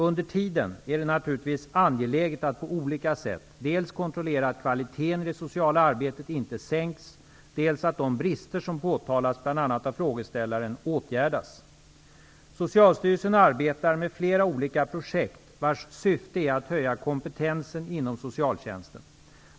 Under tiden är det naturligtvis angeläget att på olika sätt dels kontrollera att kvaliteten i det sociala arbetet inte sänks, dels att de brister som påtalats bl.a. av frågeställaren åtgärdas. Socialstyrelsen arbetar med flera olika projekt vars syfte är att höja kompetensen inom socialtjänsten.